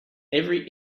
every